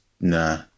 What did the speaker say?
Nah